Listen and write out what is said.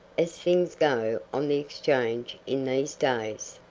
as things go on the exchange in these days.